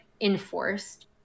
enforced